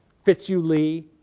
fitzhugh lee,